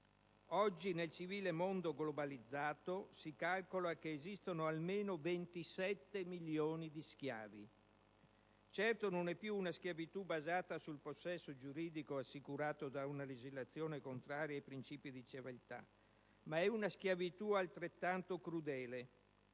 Oggi, nel civile mondo globalizzato, si calcola che esistano almeno 27 milioni di schiavi. Certo, non è più una schiavitù basata sul possesso giuridico assicurato da una legislazione contraria ai principi di civiltà, ma è una schiavitù altrettanto crudele.